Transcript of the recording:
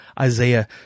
Isaiah